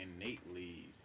innately